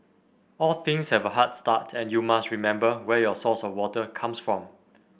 all things have a hard start and you must remember where your source of water comes from